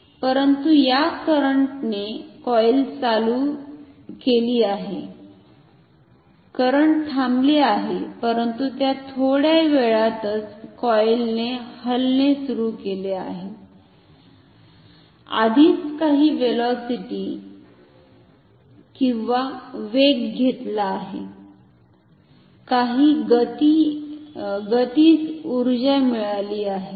परंतु या करंटने कॉइल चालू केली आहे करंट थांबले आहे परंतु त्या थोड्या वेळातच कॉइलने हलणे सुरू केले आहे आधीच काही व्हेलॉसिटी वेग घेतला आहे काही गतिज उर्जा मिळवली आहे